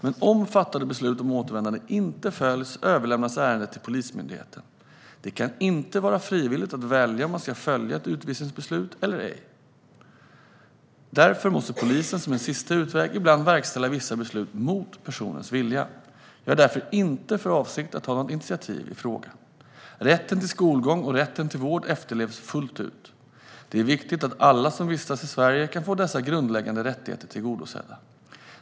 Men om fattade beslut om återvändande inte följs överlämnas ärendet till Polismyndigheten. Det kan inte vara frivilligt att välja om man ska följa ett utvisningsbeslut eller ej. Därför måste polisen som en sista utväg ibland verkställa vissa beslut mot personernas vilja. Jag har därför inte för avsikt att ta något initiativ i frågan. Rätten till skolgång och rätten till vård efterlevs fullt ut. Det är viktigt att alla som vistas i Sverige kan få dessa grundläggande rättigheter tillgodosedda.